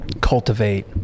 cultivate